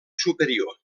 superior